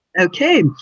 Okay